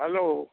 hello